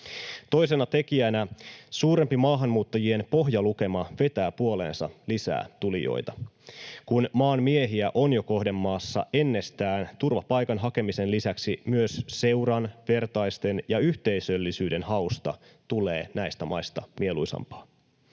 Toisena tekijänä suurempi maahanmuuttajien pohjalukema vetää puoleensa lisää tulijoita. Kun maanmiehiä on kohdemaassa jo ennestään, turvapaikan hakemisen lisäksi myös seuran, vertaisten ja yhteisöllisyyden hausta tulee näistä maista mieluisampaa.